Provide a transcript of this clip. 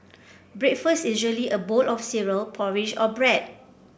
breakfast usually a bowl of cereal porridge or bread